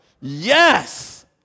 Yes